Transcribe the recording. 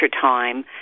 time